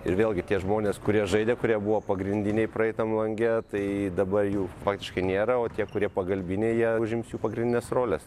ir vėlgi tie žmonės kurie žaidė kurie buvo pagrindiniai praeitam lange tai dabar jų faktiškai nėra o tie kurie pagalbinėje užims jų pagrindines roles